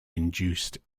induced